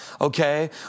Okay